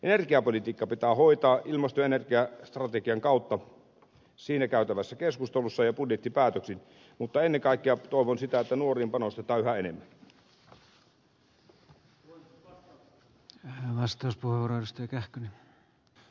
energiapolitiikka pitää hoitaa ilmasto ja energiastrategian kautta siinä käytävässä keskustelussa ja budjettipäätöksin mutta ennen kaikkea toivon sitä että nuoriin panostetaan yhä enemmän